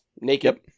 Naked